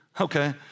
okay